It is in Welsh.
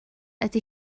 ydy